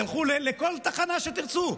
לכו לכל תחנה שתרצו,